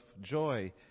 joy